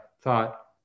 thought